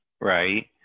Right